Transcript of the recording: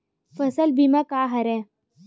फसल बीमा का हरय?